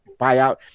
buyout